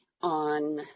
on